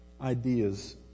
ideas